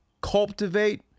Cultivate